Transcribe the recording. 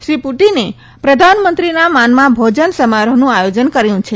શ્રી પુતીને પ્રધાનમંત્રીના માનમાં ભોજન સમારોહનું આયોજન કર્યું છે